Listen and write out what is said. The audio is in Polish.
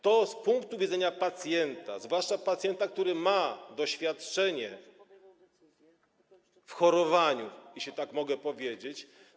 To z punktu widzenia pacjenta, zwłaszcza pacjenta, który ma doświadczenie w chorowaniu, jeśli tak mogę powiedzieć.